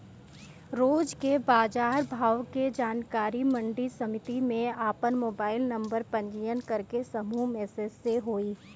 रोज के बाजार भाव के जानकारी मंडी समिति में आपन मोबाइल नंबर पंजीयन करके समूह मैसेज से होई?